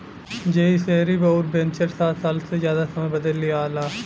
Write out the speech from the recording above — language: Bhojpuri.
जइसेरवि अउर वेन्चर सात साल से जादा समय बदे लिआला